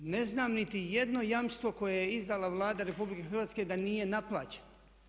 Ne znam niti jedno jamstvo koje je izdala Vlada RH da nije naplaćeno.